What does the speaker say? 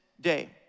day